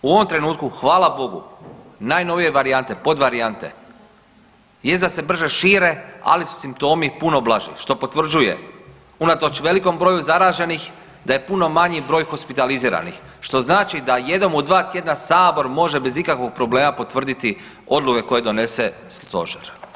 U ovom trenutku hvala Bogu najnovije varijante i podvarijante jest da se brže šire, ali su simptomi puno blaži, što potvrđuje unatoč velikom broju zaraženih da je puno manji broj hospitaliziranih, što znači da jednom u dva tjedna sabor može bez ikakvog problema potvrditi odluke koje donese stožer.